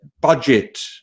budget